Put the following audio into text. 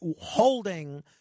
holding